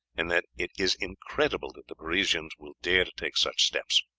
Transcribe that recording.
and that it is incredible that the parisians will dare to take such steps.